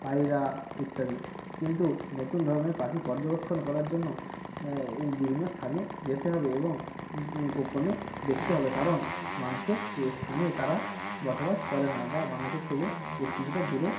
পায়রা ইত্যাদি কিন্তু নতুন ধরনের পাখি পর্যবেক্ষণ করার জন্য বিভিন্ন স্থানে যেতে হবে এবং গোপনে দেখতে হবে কারণ মানুষের স্থানে তারা বসবাস করে না বা মানুষের থেকে বেশ কিছুটা দূরে